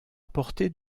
apporté